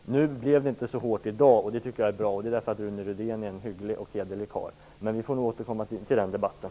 Nu blev det inte så hårt i dag, och det tycker jag är bra, eftersom Rune Rydén är en hygglig och hederlig karl. Men vi får återkomma till den debatten.